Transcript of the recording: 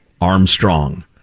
Armstrong